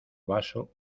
vaso